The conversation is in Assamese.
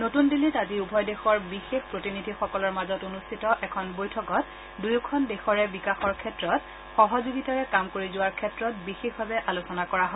নতুন দিল্লীত আজি উভয় দেশৰ বিশেষ প্ৰতিনিধিসকলৰ মাজত অনুষ্ঠিত এখন বৈঠকত দুয়োখন দেশৰে বিকাশৰ ক্ষেত্ৰত সহযোগিতাৰে কাম কৰি যোৱাৰ ক্ষেত্ৰত বিশেষভাৱে আলোচনা কৰা হয়